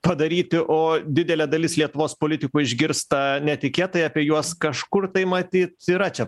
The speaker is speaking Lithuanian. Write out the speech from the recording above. padaryti o didelė dalis lietuvos politikų išgirsta netikėtai apie juos kažkur tai matyt yra čia